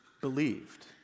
believed